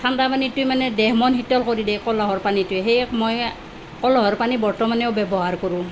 ঠাণ্ডা পানীটোৱে মানে দেহ মন শীতল কৰি দিয়ে কলহৰ পানীটোৱে সেয়ে মই কলহৰ পানী বৰ্তমানেও ব্যৱহাৰ কৰোঁ